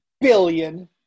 billion